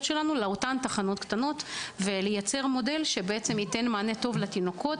לתחנות הקטנות ולייצר מודל שייתן מענה טוב לתינוקות